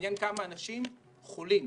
מעניין כמה אנשים חולים.